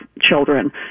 children